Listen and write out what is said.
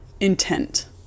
intent